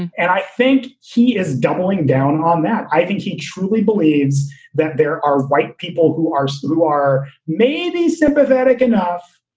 and i think he is doubling down on that. i think he truly believes that there are white people who are so who are maybe sympathetic enough,